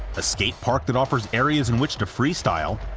a skate park that offers areas in which to freestyle,